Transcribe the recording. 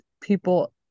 people